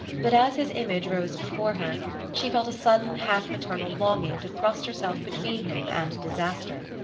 but as his image rose before her she felt a sudden half-maternal longing to thrust herself between him and disaster.